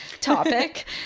topic